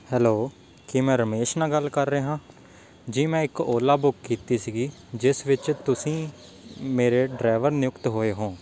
hello ਕੀ ਮੈਂ ਰਮੇਸ਼ ਨਾਲ ਗੱਲ ਕਰ ਰਿਹਾ ਜੀ ਮੈਂ ਇੱਕ ਓਲਾ ਬੁੱਕ ਕੀਤੀ ਸੀਗੀ ਜਿਸ ਵਿੱਚ ਤੁਸੀਂ ਮੇਰੇ ਡਰਾਈਵਰ ਨਿਯੁਕਤ ਹੋਏ ਹੋ